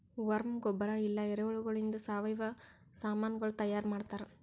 worm ಗೊಬ್ಬರ ಇಲ್ಲಾ ಎರೆಹುಳಗೊಳಿಂದ್ ಸಾವಯವ ಸಾಮನಗೊಳ್ ತೈಯಾರ್ ಮಾಡ್ತಾರ್